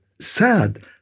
sad